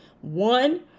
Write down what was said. One